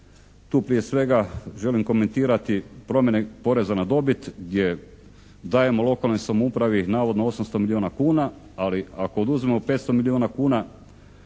tu prije svega želim komentirati promjene poreza na dobit gdje dajemo lokalnoj samoupravi navodno 800 milijuna kuna, ali ako oduzmemo 500 milijuna kuna